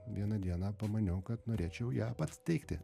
vieną dieną pamaniau kad norėčiau ją pats teikti